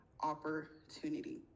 opportunity